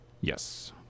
Yes